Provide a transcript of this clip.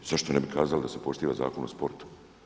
Zašto ne bi kazali da se poštiva Zakon o sportu.